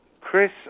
Chris